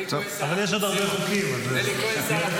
אבל יש עוד הרבה חוקים, אז תהיה לך